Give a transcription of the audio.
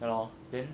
ya lor then